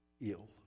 ill